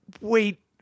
wait